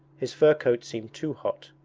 his fur coat seemed too hot.